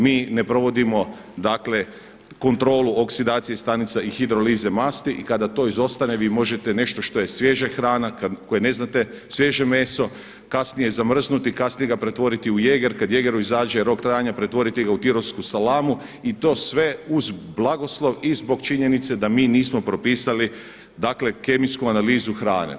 Mi ne provodimo kontrolu oksidacije stanica i hidrolize masti i kada to izostane vi možete nešto što je svježa hrana, koje ne znate, svježe meso kasnije zamrznuti, kasnije ga pretvoriti u Jeger, kada Jegeru izađe rok trajanja pretvoriti ga u tirolsku salamu i to sve uz blagoslov i zbog činjenica da mi nismo propisali kemijsku analizu hrane.